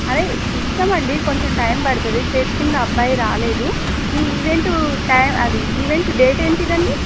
అదే ఇస్తాం అండి కొంచం టైం పడుతుంది చేతి కింద అబ్బాయి రాలేదు మీ ఈవెంట్ అది ఈవెంట్ ప్ డేట్ ఏంటి అండి